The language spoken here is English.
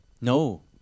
No